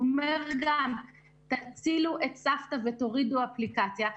אומר גם: תצילו את סבתא ותורידו אפליקציה,